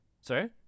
Sorry